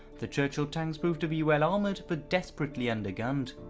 the churchill tanks proved to be well-armoured, but desperately under gunned.